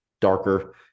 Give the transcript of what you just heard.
darker